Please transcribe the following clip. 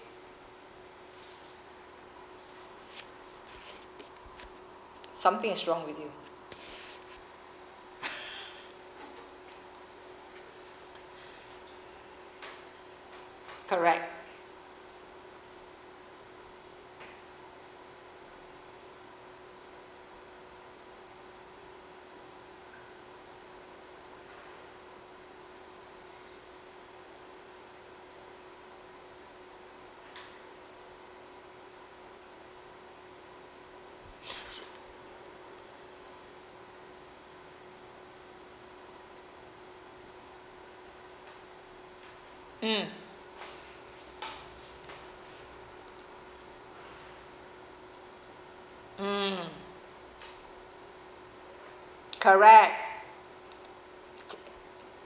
something is wrong with you correct mm mm correct